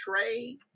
trade